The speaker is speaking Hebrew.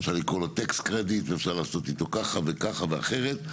אפשר לקרוא לו tax credit ואפשר לעשות איתו ככה וככה ואחרת,